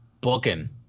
booking